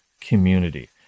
community